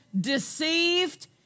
deceived